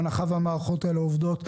בהנחה והמערכות האלה עובדות.